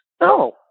No